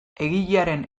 egilearen